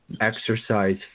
exercise